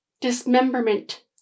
Dismemberment